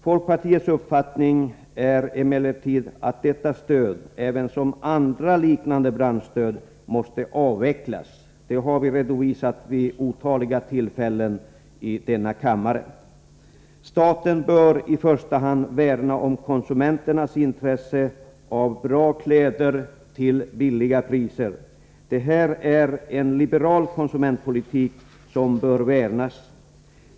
Folkpartiets uppfattning är emellertid att detta stöd liksom även andra liknande branschstöd måste avvecklas. Det har vi redovisat vid otaliga tillfällen i denna kammare. Staten bör i första hand värna om konsumenternas intresse av bra kläder till låga priser. Detta är en liberal konsumentpolitik som bör värnas.